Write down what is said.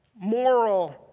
moral